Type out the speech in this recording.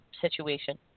situation